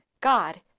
God